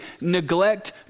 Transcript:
neglect